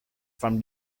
from